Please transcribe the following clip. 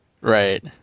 Right